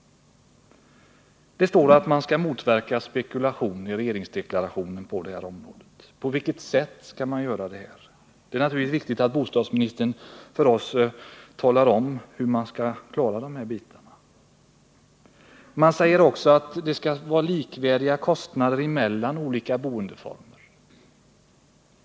Det står också i regeringsdeklarationen att spekulation på bostadsmarknaden skall motverkas. På vilket sätt skall det ske? Det är naturligtvis viktigt att bostadsministern talar om för oss hur man skall klara de här bitarna. Vidare sägs att det skall vara likvärdiga kostnader i olika boendeformer.